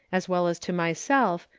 as well as to myself,